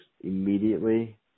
immediately